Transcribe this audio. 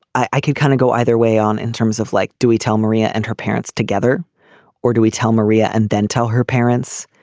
i can kind of go either way on in terms of like do we tell maria and her parents together or do we tell maria and then tell her parents.